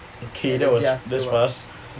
okay that was that was fast